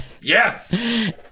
Yes